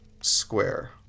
square